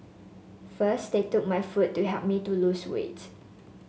first they took my food to help me to lose weight